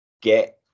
get